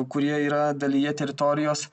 kurie yra dalyje teritorijos